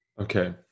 okay